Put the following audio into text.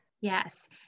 Yes